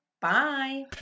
bye